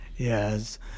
Yes